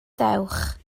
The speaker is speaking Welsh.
dewch